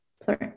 Sorry